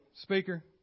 speaker